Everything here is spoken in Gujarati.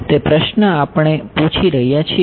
તે પ્રશ્ન આપણે પૂછી રહ્યા છીએ